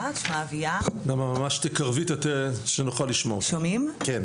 עובדת ברש"א כבר שבע עשרה שנים.